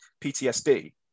ptsd